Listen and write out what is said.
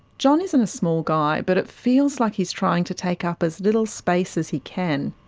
john isn't a small guy, but it feels like he's trying to take up as little space as he can.